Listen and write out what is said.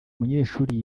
umunyeshuri